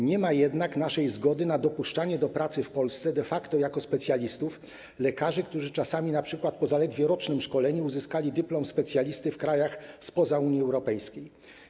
Nie ma jednak naszej zgody na dopuszczanie do pracy w Polsce de facto jako specjalistów lekarzy, którzy czasami np. po zaledwie rocznym szkoleniu uzyskali dyplom specjalisty w krajach spoza Unii Europejskiej.